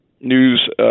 News